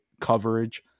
coverage